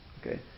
okay